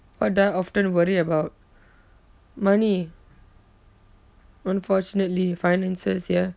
what do I often worry about money unfortunately finances ya